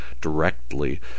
directly